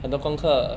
很多功课